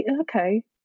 okay